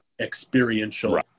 experiential